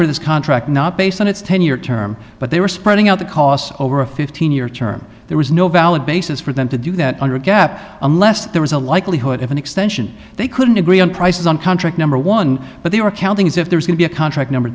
for this contract not based on its ten year term but they were spreading out the costs over a fifteen year term there was no valid basis for them to do that under a gap unless there was a likelihood of an extension they couldn't agree on prices on contract number one but they were counting as if there's going be a contract number